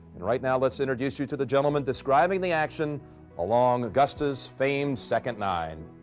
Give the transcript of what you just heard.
and right now, let's introduce you to the gentleman describing the action along augusta's famed second nine.